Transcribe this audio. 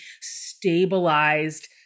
stabilized